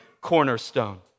cornerstone